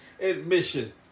admission